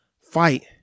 fight